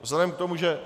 Vzhledem k tomu, že...